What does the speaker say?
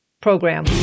program